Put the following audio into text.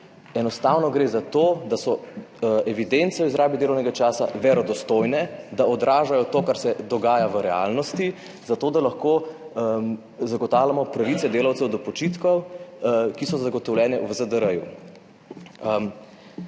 Enostavno gre za to, da so evidence o izrabi delovnega časa verodostojne, da odražajo to, kar se dogaja v realnosti, zato da lahko zagotavljamo pravice delavcev do počitkov, ki so zagotovljene v ZDR.